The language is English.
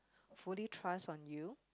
fully trust on you